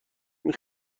این